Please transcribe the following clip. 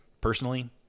personally